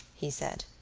he said.